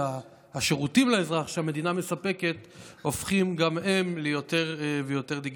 והשירותים לאזרח שהמדינה מספקת הופכים גם הם יותר דיגיטליים.